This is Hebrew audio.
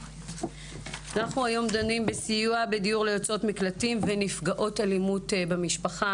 אנחנו דנים היום בסיוע בדיור ליוצאות מקלטים ונפגעות אלימות במשפחה,